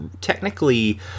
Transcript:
technically